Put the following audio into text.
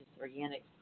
organic